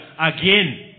again